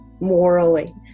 morally